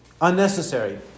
unnecessary